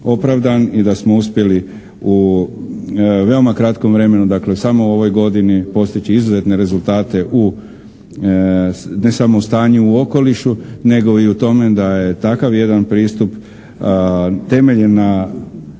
i da smo uspjeli u veoma kratkom vremenu dakle samo u ovoj godini postići izuzetne rezultate u ne samo u stanju u okolišu nego i u tome da je takav jedan pristup temeljen na